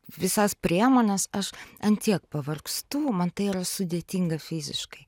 visas priemones aš ant tiek pavargstu man tai yra sudėtinga fiziškai